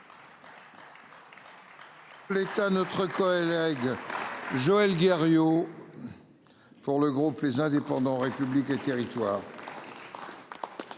L'État notre collègue Joël Guerriau. Pour le groupe les indépendants République et Territoires.